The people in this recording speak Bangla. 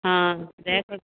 হ্যাঁ দেখ